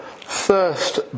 first